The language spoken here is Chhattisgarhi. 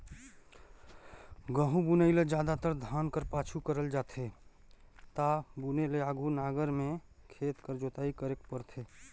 गहूँ बुनई ल जादातर धान कर पाछू करल जाथे ता बुने ले आघु नांगर में खेत कर जोताई करेक परथे